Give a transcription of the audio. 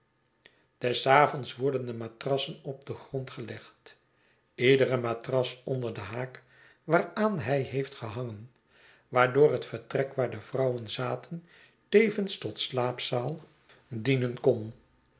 des avonds worden de matrassen op den grond gelegd iedere matras onder den haak waaraan hij heeft gehangen waardoor het vertrek waar de vrouwen zaten tevens tot slaapzaal dienen kon